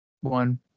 one